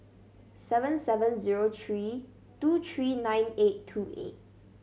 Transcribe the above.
seven seven zero three two three nine eight two eight